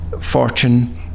fortune